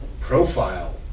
profile